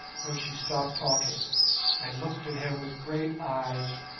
when she stopped talking and looked at him with great eyes,